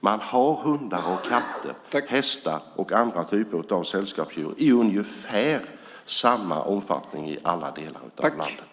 Man har hundar, katter, hästar och andra typer av sällskapsdjur i ungefär samma omfattning i alla delar av landet.